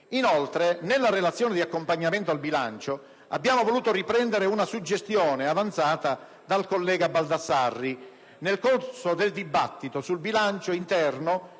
Inoltre, nella relazione di accompagnamento al bilancio abbiamo voluto riprendere una suggestione avanzata dal collega Baldassarri nel corso del dibattito sul bilancio interno